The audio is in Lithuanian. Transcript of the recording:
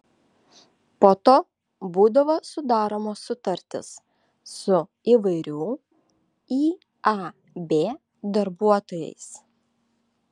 po to būdavo sudaromos sutartys su įvairių iab darbuotojais